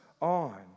on